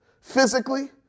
physically